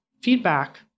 feedback